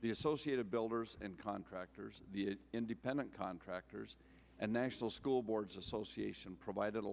the associated builders and contractors the independent contractors and national school boards association provided a